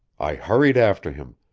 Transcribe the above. i hurried after him,